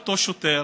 אותו שוטר,